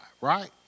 right